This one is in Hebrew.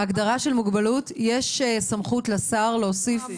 בהגדרה של מוגבלות יש סמכות לשר להוסיף?